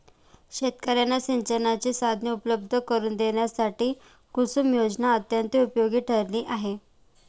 शेतकर्यांना सिंचनाची साधने उपलब्ध करून देण्यासाठी कुसुम योजना अत्यंत उपयोगी ठरली आहे